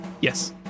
Yes